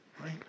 right